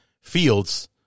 Fields